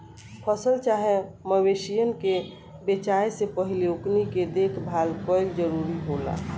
फसल चाहे मवेशियन के बेचाये से पहिले ओकनी के देखभाल कईल जरूरी होला